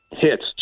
Hits